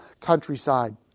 countryside